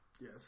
Yes